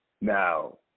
now